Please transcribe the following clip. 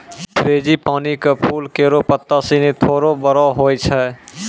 frangipani क फूल केरो पत्ता सिनी थोरो बड़ो होय छै